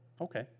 Okay